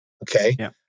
Okay